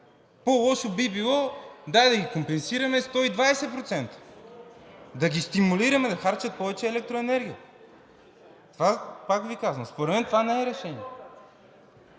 По-лошо би било – дай да ги компенсираме 120%, да ги стимулираме да харчат повече електроенергия. Пак Ви казвам, според мен това не е решение.